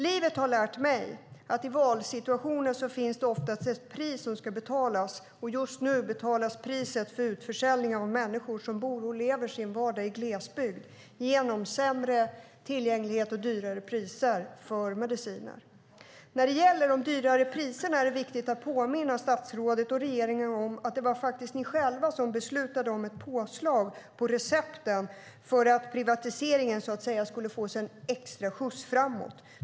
Livet har lärt mig att i valsituationer finns det oftast ett pris som ska betalas, och just nu betalas priset för utförsäljningarna av människor som bor och lever i glesbygden, människor som fått sämre tillgänglighet till och högre priser på mediciner. När det gäller de högre priserna är det viktigt att påminna statsrådet och regeringen om att det var de själva som beslutade om ett påslag på recepten för att privatiseringen så att säga skulle få en extra skjuts framåt.